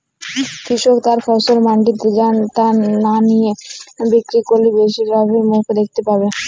কৃষক তার ফসল মান্ডিতে না নিজে বিক্রি করলে বেশি লাভের মুখ দেখতে পাবে?